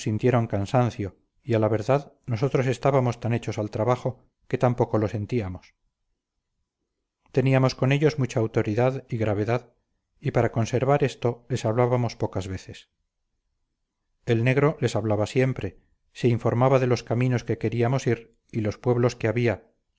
sintieron cansancio y a la verdad nosotros estábamos tan hechos al trabajo que tampoco lo sentíamos teníamos con ellos mucha autoridad y gravedad y para conservar esto les hablábamos pocas veces el negro les hablaba siempre se informaba de los caminos que queríamos ir y los pueblos que había